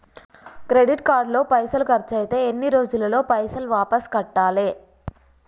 Credit card లో పైసల్ ఖర్చయితే ఎన్ని రోజులల్ల పైసల్ వాపస్ కట్టాలే?